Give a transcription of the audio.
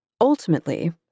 Ultimately